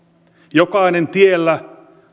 jokainen tiellä